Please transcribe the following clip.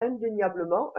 indéniablement